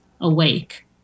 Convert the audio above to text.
awake